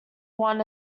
won